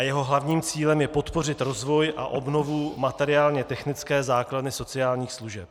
Jeho hlavním cílem je podpořit rozvoj a obnovu materiálně technické základny sociálních služeb.